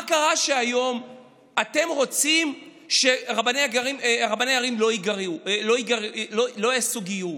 מה קרה שהיום אתם רוצים שרבני ערים לא יעשו גיור?